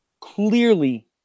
clearly